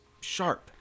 sharp